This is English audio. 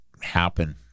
happen